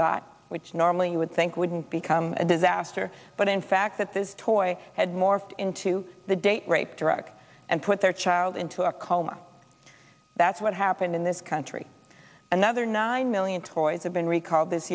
dots which normally you would think wouldn't become a disaster but in fact that this toy had morphed into the date rape drug and put their child into a coma that's what happened in this country another nine million toys have been recalled this